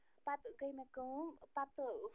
پتہٕ گٔے مےٚ کٲم پتہٕ